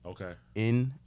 Okay